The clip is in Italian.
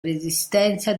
resistenza